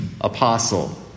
apostle